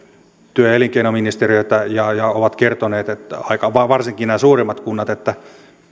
työ ja elinkeinoministeriötä ja ja ovat kertoneet varsinkin nämä suurimmat kunnat että